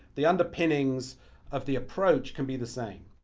the underpinnings of the approach can be the same.